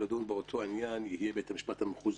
לדון באותו עניין יהיה בית המחוזי,